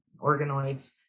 organoids